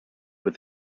with